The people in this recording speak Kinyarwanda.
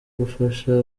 gufasha